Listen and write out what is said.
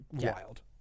wild